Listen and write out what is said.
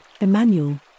Emmanuel